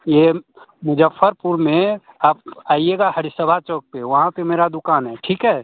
यह मुज़फ़्फ़रपुर में आप आईएगा हरिसभा चौक पर वहाँ पर मेरा दुकान है ठीक है